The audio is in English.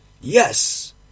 Yes